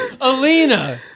Alina